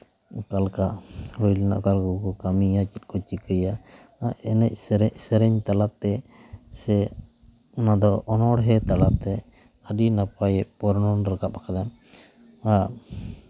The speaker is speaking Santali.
ᱚᱠᱟ ᱞᱮᱠᱟ ᱦᱩᱭ ᱞᱮᱱᱟ ᱚᱠᱟ ᱠᱚᱠᱚ ᱠᱟᱹᱢᱤᱭᱟ ᱪᱮᱫ ᱠᱚ ᱪᱤᱠᱟᱹᱭᱟ ᱮᱱᱮᱡ ᱥᱮᱨᱮᱧ ᱛᱟᱞᱟᱛᱮ ᱥᱮ ᱚᱱᱟ ᱫᱚ ᱚᱱᱚᱬᱦᱮᱸ ᱛᱟᱞᱟᱛᱮ ᱟᱹᱰᱤ ᱱᱟᱯᱟᱭᱮ ᱵᱚᱨᱱᱚᱱ ᱨᱟᱠᱟᱵ ᱠᱟᱫᱟ ᱟᱨ